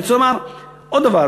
אני רוצה לומר עוד דבר.